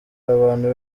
abantu